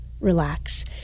relax